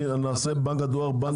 נעשה את בנק הדואר בנק רגיל?